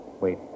Wait